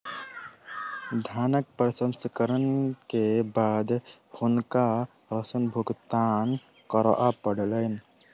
धानक प्रसंस्करण के बाद हुनका ऋण भुगतान करअ पड़लैन